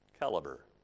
caliber